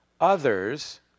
others